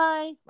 Bye